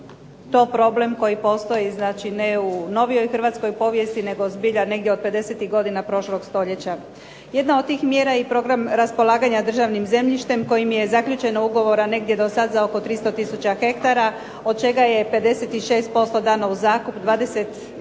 je to problem koji postoji znači ne u novijoj hrvatskoj povijesti nego zbilja negdje od 50-ih godina prošlog stoljeća. Jedna od tih mjera i program raspolaganja državnim zemljištem, kojim je zaključeno ugovora negdje do sada oko 300 tisuća hektara, od čega je 56% dano u zakup, 21